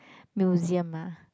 museum ah